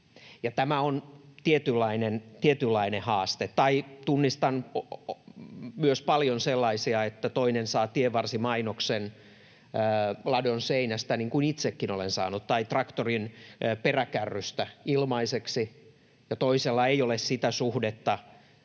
Tämä on tietynlainen haaste. Tunnistan myös paljon sellaisia tapauksia, että toinen saa tienvarsimainoksen ladonseinästä — niin kuin itsekin olen saanut — tai traktorin peräkärrystä ilmaiseksi, ja toisella ei ole sitä suhdetta